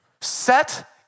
Set